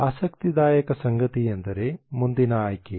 ಆಸಕ್ತಿದಾಯಕ ಸಂಗತಿಯೆಂದರೆ ಮುಂದಿನ ಆಯ್ಕೆ